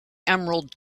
emerald